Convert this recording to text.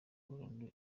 burundu